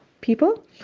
people